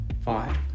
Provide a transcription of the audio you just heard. five